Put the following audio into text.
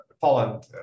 Poland